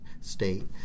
state